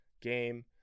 game